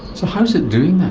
so how is it doing